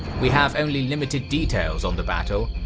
we have only limited details on the battle,